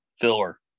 Filler